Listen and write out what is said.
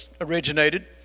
originated